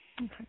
okay